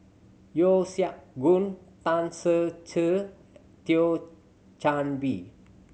Yeo Siak Goon Tan Ser Cher Thio Chan Bee